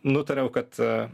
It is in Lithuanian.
nutariau kad a